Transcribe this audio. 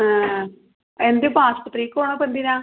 ആ എന്തിപ്പം ആശുപത്രിക്ക് പോണിപ്പം എന്തിനാണ്